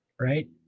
Right